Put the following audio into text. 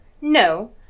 No